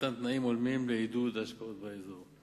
ולמתן תנאים הולמים לעידוד השקעות באזור.